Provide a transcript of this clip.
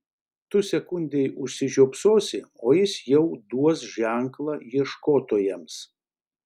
tu sekundei užsižiopsosi o jis jau duos ženklą ieškotojams